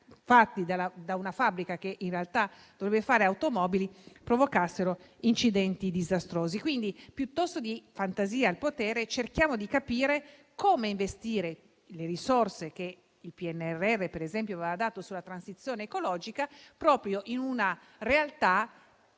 fatti da una fabbrica che in realtà dovrebbe fare automobili provocassero incidenti disastrosi. Piuttosto di fantasia al potere, cerchiamo di capire come investire le risorse che il PNRR, per esempio, ha fornito per la transizione ecologica proprio in una realtà